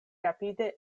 rapide